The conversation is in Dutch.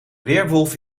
weerwolf